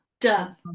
Done